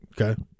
Okay